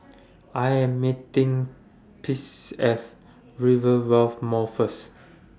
I Am meeting At Rivervale Mall First